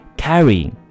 carrying